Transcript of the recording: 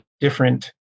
different